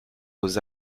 aux